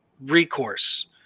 recourse